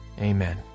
amen